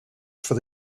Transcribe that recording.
for